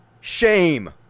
Shame